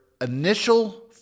initial